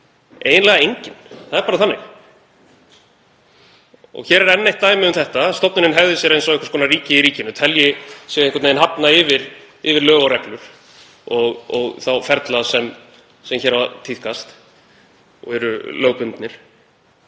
Eiginlega engin. Það er bara þannig. Hér er enn eitt dæmi um þetta, að stofnunin hegði sér eins og einhvers konar ríki í ríkinu, telji sig einhvern veginn hafna yfir lög og reglur og þá ferla sem hér hafa tíðkast og eru lögbundnir.